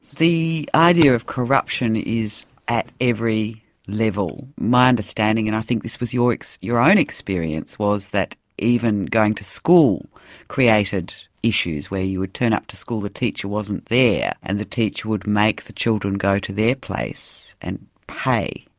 the idea of corruption is at every level. my understanding, and i think this was your own experience, was that even going to school created issues where you would turn up to school, the teacher wasn't there, and the teacher would make the children go to their place and pay,